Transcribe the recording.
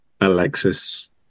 alexis